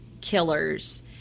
killers